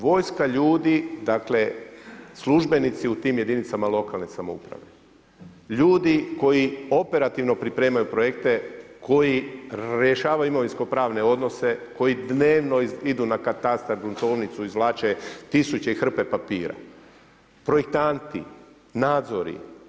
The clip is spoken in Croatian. Vojska ljudi, dakle službenici u tim jedinicama lokalne samouprave, ljudi koji operativno pripremaju projekte, koji rješavaju imovinsko-pravne odnose, koji dnevno idu na katastar, gruntovnicu, izvlače tisuće i hrpe papira, projektanti, nadzori.